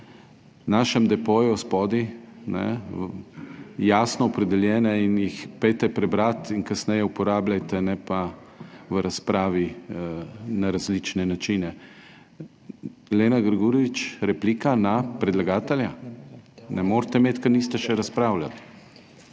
našem depoju spodaj jasno opredeljene in jih pojdite prebrati in kasneje uporabljajte, ne pa v razpravi na različne načine. Lena Gregorič, replika na predlagatelja? Ne morete imeti, ker niste še razpravljali.